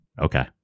Okay